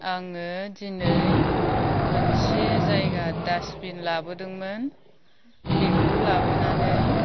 आङो दिनै मोनसे जायगा दासबिन लाबोदोंमोन बेखौ लाबोनानै